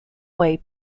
way